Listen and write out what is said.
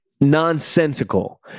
nonsensical